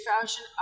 fashion